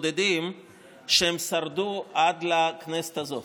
ששרדו עד לכנסת הזאת.